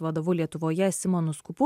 vadovu lietuvoje simonu skupu